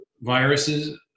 viruses